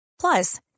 plus